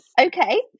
okay